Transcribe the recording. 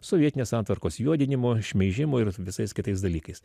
sovietinės santvarkos juodinimo šmeižimo ir visais kitais dalykais